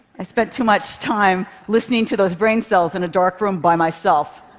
i spent too much time listening to those brain cells in a dark room, by myself.